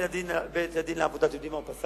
בית-הדין לעבודה, אתם יודעים מה הוא פסק?